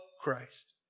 Christ